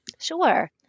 Sure